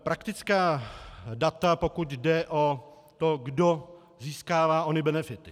Praktická data, pokud jde o to, kdo získává ony benefity.